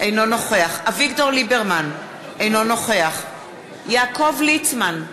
אינו נוכח אביגדור ליברמן, אינו נוכח יעקב ליצמן,